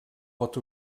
pot